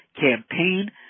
campaign